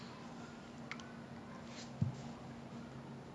if I had three wishes okay மொதல்:mothal wish கு:ku I will be like